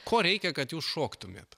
ko reikia kad jūs šoktumėt